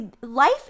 Life